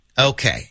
Okay